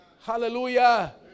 Hallelujah